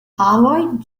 harold